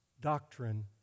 doctrine